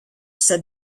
said